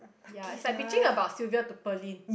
ya it's like bitching about Sylvia to Pearlyn